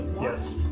Yes